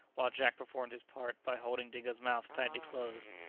while jack performed his part by holding dingo's mouth tightly closed,